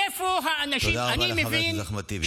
איפה האנשים, תודה רבה לחבר הכנסת אחמד טיבי.